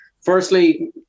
firstly